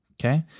Okay